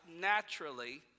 naturally